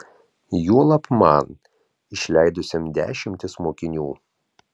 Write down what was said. juolab man išleidusiam dešimtis mokinių